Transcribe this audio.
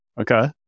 Okay